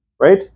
Right